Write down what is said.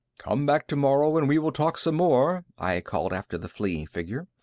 come back tomorrow and we will talk some more, i called after the fleeing figure.